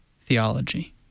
theology